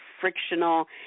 frictional